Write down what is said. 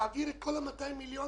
להעביר את כל 200 מיליון